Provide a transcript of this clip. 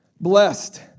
Blessed